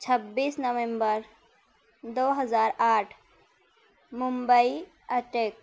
چھبیس نومبر دو ہزار آٹھ ممبئی اٹیک